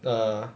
err